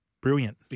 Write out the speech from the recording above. brilliant